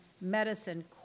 medicine